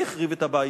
מי החריב את הבית?